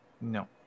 No